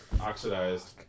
oxidized